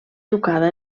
educada